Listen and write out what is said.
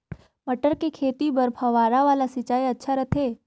मटर के खेती बर फव्वारा वाला सिंचाई अच्छा रथे?